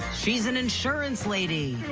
she's an insurance lady.